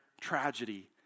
tragedy